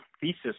thesis